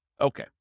Okay